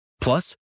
Plus